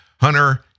Hunter